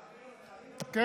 אבי,